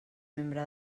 membre